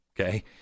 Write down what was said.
okay